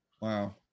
Wow